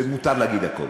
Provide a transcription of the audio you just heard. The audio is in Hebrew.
ומותר להגיד הכול.